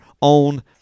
on